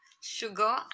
sugar